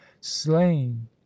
slain